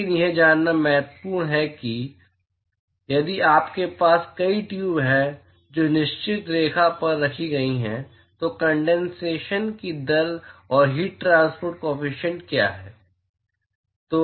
इसलिए यह जानना महत्वपूर्ण है कि यदि आपके पास कई ट्यूब हैं जो निश्चित रेखा पर रखी गई हैं तो कंडेनसेशन की दर और हीट ट्रांसपोर्ट काॅफिशियंट क्या है